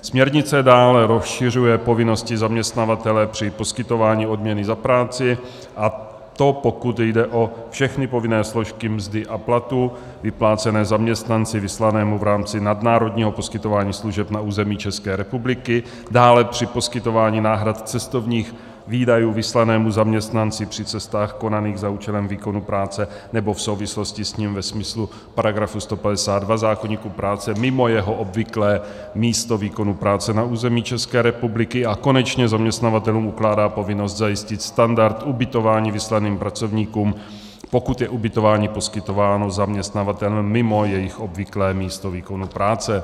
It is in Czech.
Směrnice dále rozšiřuje povinnosti zaměstnavatele při poskytování odměny za práci, a to pokud jde o všechny povinné složky mzdy a platu vyplácené zaměstnanci vyslanému v rámci nadnárodního poskytování služeb na území České republiky, dále při poskytování náhrad cestovních výdajů vyslanému zaměstnanci při cestách konaných za účelem výkonu práce nebo v souvislosti s ním ve smyslu § 152 zákoníku práce mimo jeho obvyklé místo výkonu práce na území České republiky a konečně zaměstnavatelům ukládá povinnost zajistit standard ubytování vyslaným pracovníkům, pokud je ubytování poskytováno zaměstnavatelem mimo jejich obvyklé místo výkonu práce.